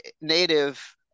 native